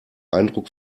eindruck